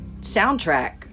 soundtrack